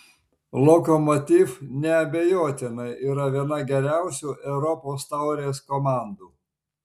lokomotiv neabejotinai yra viena geriausių europos taurės komandų